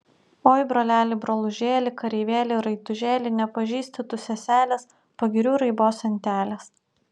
oi broleli brolužėli kareivėli raitužėli nepažįsti tu seselės pagirių raibos antelės